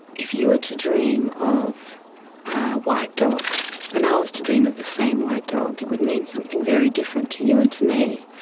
if you were to dream of a white dog and i was to dream of the same white dog it would mean something very different to you and to me.